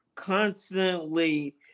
constantly